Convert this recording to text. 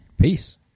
Peace